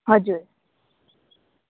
हजुर